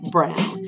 Brown